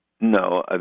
No